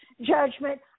judgment